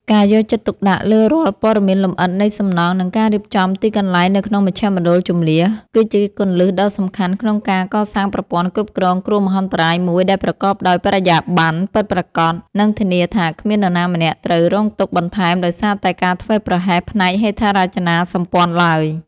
ការយកចិត្តទុកដាក់លើរាល់ព័ត៌មានលម្អិតនៃសំណង់ និងការរៀបចំទីកន្លែងនៅក្នុងមជ្ឈមណ្ឌលជម្លៀស គឺជាគន្លឹះដ៏សំខាន់ក្នុងការកសាងប្រព័ន្ធគ្រប់គ្រងគ្រោះមហន្តរាយមួយដែលប្រកបដោយបរិយាបន្ន ពិតប្រាកដ និងធានាថាគ្មាននរណាម្នាក់ត្រូវរងទុក្ខបន្ថែមដោយសារតែការធ្វេសប្រហែសផ្នែកហេដ្ឋារចនាសម្ព័ន្ធឡើយ។